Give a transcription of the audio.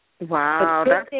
Wow